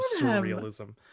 surrealism